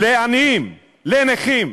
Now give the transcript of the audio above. לעניים, לנכים,